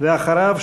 אחריו,